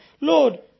Lord